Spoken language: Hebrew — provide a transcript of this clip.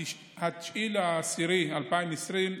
9 באוקטובר 2020,